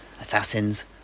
assassins